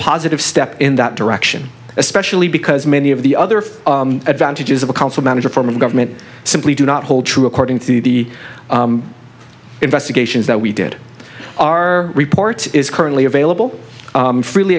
positive step in that direction especially because many of the other advantages of a council manager form of government simply do not hold true according to the investigations that we did our report is currently available freely